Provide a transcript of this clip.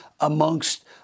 amongst